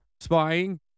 spying